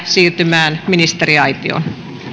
siirtymään ministeriaitioon